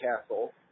Castle